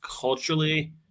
culturally